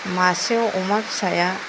मासेयाव अमा फिसाया